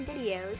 videos